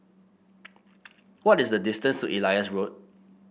what is the distance to Elias Road